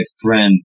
friend